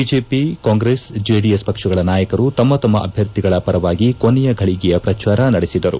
BJP Congress JDS ಪಕ್ಷಗಳ ನಾಯಕರು ತಮ್ನ ತಮ್ನ ಅಭ್ಯರ್ಥಿಗಳ ಪರವಾಗಿ ಕೊನೆ ಘಳಗೆಯ ಪ್ರಚಾರ ನಡೆಸಿದರು